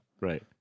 Right